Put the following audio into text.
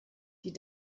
die